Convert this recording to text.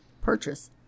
purchase